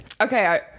Okay